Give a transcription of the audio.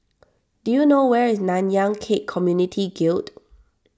do you know where is Nanyang Khek Community Guild